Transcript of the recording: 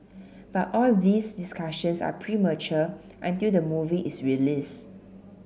but all these discussions are premature until the movie is released